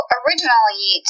originally